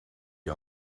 die